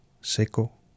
seco